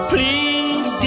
Please